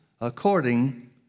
according